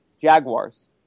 Jaguars